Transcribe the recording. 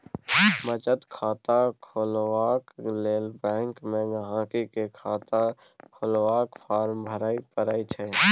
बचत खाता खोलबाक लेल बैंक मे गांहिकी केँ खाता खोलबाक फार्म भरय परय छै